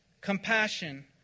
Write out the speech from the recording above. Compassion